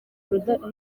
rudahigwa